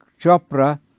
Chopra